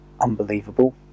unbelievable